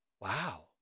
wow